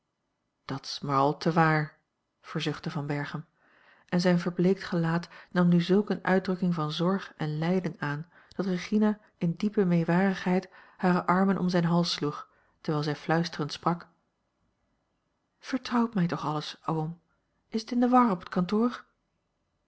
maar al te waar verzuchtte van berchem en zijn verbleekt gelaat nam nu zulk eene uitdrukking van zorg en lijden aan dat regina in diepe meewarigheid hare armen om zijn hals sloeg terwijl zij fluisterend sprak vertrouw mij toch alles oom is t in de war op het kantoor